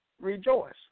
rejoice